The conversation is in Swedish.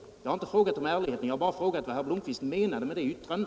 Jag har inte frågat om ärligheten — jar har bara frågat vad herr Blomkvist menade med sitt yttrande.